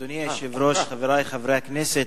אדוני היושב-ראש, חברי חברי הכנסת,